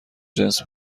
جنس